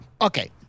okay